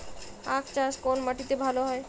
আখ চাষ কোন মাটিতে ভালো হয়?